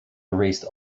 erased